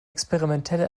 experimentelle